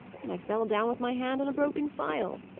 and i fell down with my hand on a broken phial.